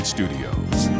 Studios